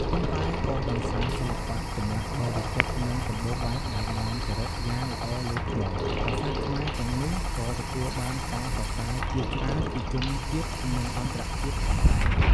ប៉ុន្តែក៏ដោយសារសិល្បៈចម្លាក់ដ៏វិចិត្រនិងសម្បូរបែបដែលបានចារឹកយ៉ាងល្អលើថ្ម ប្រាសាទខ្មែរទាំងនោះក៏ទទួលបានការសរសើរជាច្រើនពីជនជាតិ និងអន្តរជាតិផងដែរ។